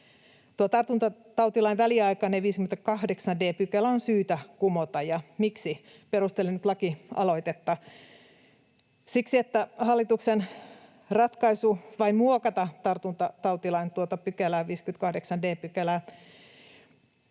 tartuntatautilain väliaikainen 58 d § on syytä kumota. Miksi? Perustelen nyt lakialoitetta. Siksi, että hallituksen ratkaisu vain muokata tartuntatautilain 58 d §:ää